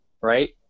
right